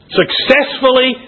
successfully